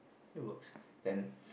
it works then